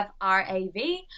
R-A-V